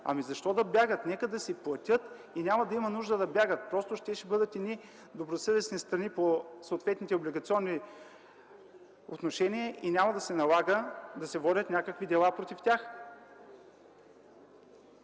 Ами, защо да бягат? Нека да си платят и няма да има нужда да бягат, просто ще си бъдат едни добросъвестни страни по съответните облигационни отношения и няма да се налага да се водят някакви дела против тях.